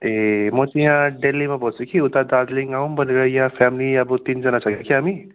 ए म चाहिँ यहाँ दिल्लीमा बस्छु कि उता दार्जिलिङ आउँ भनेर यहाँ फेमिली अब तिनजना छौँ कि हामी